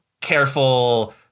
careful